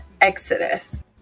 exodus